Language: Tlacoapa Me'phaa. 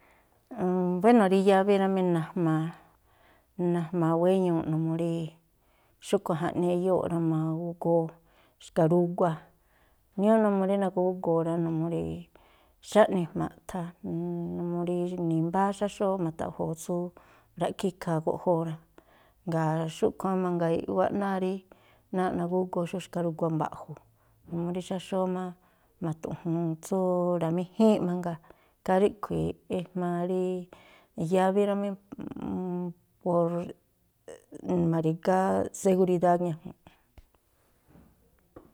buéno̱, rí yábí rámí, najmaa, najmaa wéñuuꞌ numuu rí xúꞌkhui̱ jaꞌnii eyóo̱ꞌ rá, ma̱gu̱góó xkarugua. Ñúúꞌ numuu rí nagúgoo rá, numuu rí xáꞌni jma̱ꞌtha, numuu rí nimbáá xáxóó ma̱ta̱ꞌjo̱o̱ tsú ra̱ꞌkhááꞌ ikha guꞌjóó rá. Jngáa̱ xúꞌkhui̱ má mangaa i̱ꞌwáꞌ má náá rí náa̱ꞌ nagúgoo xú xkarugua mba̱ꞌju̱, mu rí xáxóó má ma̱ta̱ꞌju̱un tsú ra̱méjíínꞌ mangaa. Ikhaa ríꞌkhui̱ ejmaa rí yábí rá mí. ma̱ri̱gá seguridád ñajuunꞌ.